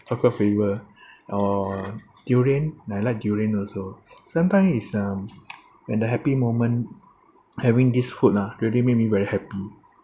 chocolate flavour or durian I like durian also sometimes it's um when the happy moment having this food ah ready make me very happy